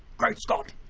great scott!